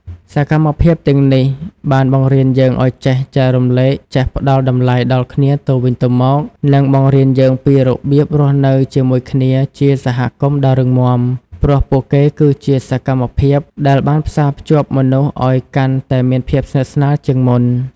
សកម្មភាពទាំងនេះបានបង្រៀនយើងឱ្យចេះចែករំលែក ចេះផ្តល់តម្លៃដល់គ្នាទៅវិញទៅមក និងបង្រៀនយើងពីរបៀបរស់នៅជាមួយគ្នាជាសហគមន៍ដ៏រឹងមាំ ព្រោះពួកគេគឺជាសកម្មភាពដែលបានផ្សារភ្ជាប់មនុស្សឱ្យកាន់តែមានភាពស្និទ្ធស្នាលជាងមុន។